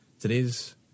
Today's